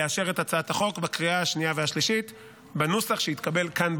לאשר את הצעת החוק בקריאה השנייה והשלישית בנוסח שהתקבל כאן,